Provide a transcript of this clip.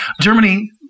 Germany